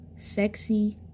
sexy